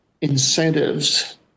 incentives